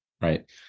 Right